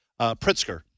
Pritzker